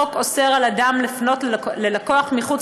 החוק אוסר על אדם לפנות ללקוח מחוץ